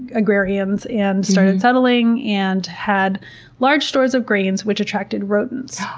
agrarians and started settling, and had large stores of grains which attracted rodents.